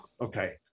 okay